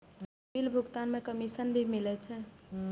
Bill भुगतान में commission भी मिले छै?